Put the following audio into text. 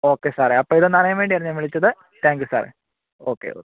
okay സാറേ അപ്പോൾ ഇതൊന്നറിയാൻ വേണ്ടിയായിരുന്നു ഞാൻ വിളിച്ചത് thank you sir okay okay